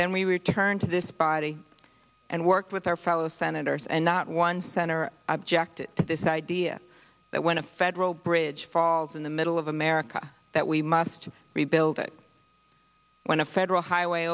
then we returned to this body and work with our fellow senators and not one center objected to this idea that when a federal bridge falls in the middle of america that we must rebuild it when a federal highway